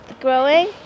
Growing